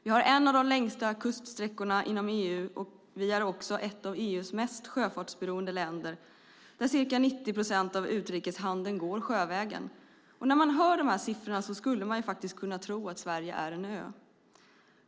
Vi har en av de längsta kuststräckorna inom EU, och vi är ett av EU:s mest sjöfartsberoende länder, där ca 90 procent av utrikeshandeln går sjövägen. När man hör de här siffrorna skulle man kunna tro att Sverige är en ö.